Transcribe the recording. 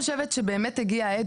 העת,